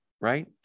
right